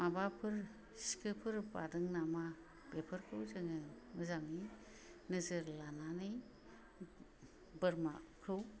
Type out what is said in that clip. माबाफोर सिखोफोर बादों नामा बेफोरखौ जोङो मोजाङै नोजोर लानानै बोरमाखौ